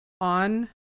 on